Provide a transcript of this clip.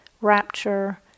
rapture